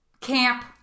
camp